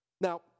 Now